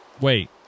Wait